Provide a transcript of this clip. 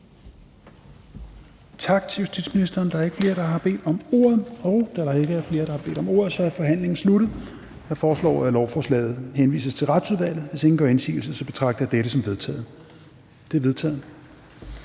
og integrationsministeren. Der er ikke nogen korte bemærkninger til ministeren. Og da der ikke er flere, der har bedt om ordet, er forhandlingen sluttet. Jeg foreslår, at lovforslaget henvises til Udlændinge- og Integrationsudvalget. Hvis ingen gør indsigelse, betragter jeg dette som vedtaget. Det er vedtaget.